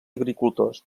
agricultors